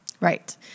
Right